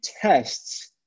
tests